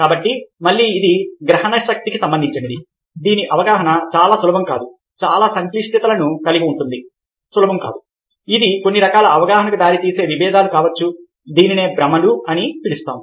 కాబట్టి మళ్లీ ఇది గ్రహణశక్తికి సంబంధించినది దీని అవగాహన చాలా సులభం కాదు చాలా సంక్లిష్టతలను కలిగి ఉంటుంది సులభం కాదు ఇది కొన్ని రకాల అవగాహనకు దారితీసే విభేదాలు కావచ్చు దీనినే భ్రమలు అని పిలుస్తాము